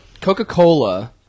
Coca-Cola